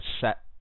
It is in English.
set